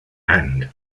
and